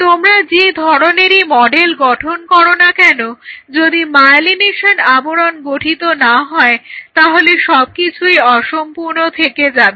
তোমরা যে ধরনেরই মডেল গঠন করো না কেন যদি মায়োলিনেশনের আবরণ গঠিত না হয় তাহলে সবকিছুই অসম্পূর্ণ থেকে যাবে